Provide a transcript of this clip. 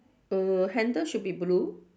err handle should be blue